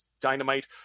Dynamite